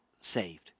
saved